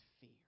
fear